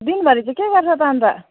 दिनभरि चैँ के गर्छ त अन्त